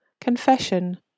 Confession